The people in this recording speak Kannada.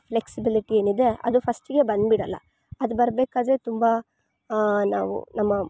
ಫ್ಲೆಕ್ಸಿಬಿಲಿಟಿ ಏನಿದೆ ಅದು ಫಸ್ಟಿಗೆ ಬಂದ್ಬಿಡೋಲ್ಲ ಅದು ಬರಬೇಕಾದ್ರೆ ತುಂಬ ನಾವು ನಮ್ಮ